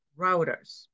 routers